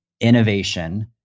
innovation